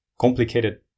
complicated